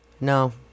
No